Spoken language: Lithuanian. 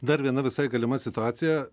dar viena visai galima situacija